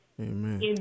Amen